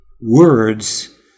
words